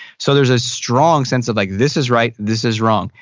so there's a strong sense of like this is right, this is wrong.